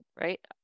Right